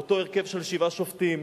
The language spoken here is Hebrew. באותו הרכב של שבעה שופטים,